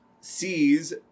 Sees